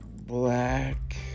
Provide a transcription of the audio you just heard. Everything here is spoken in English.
black